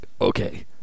okay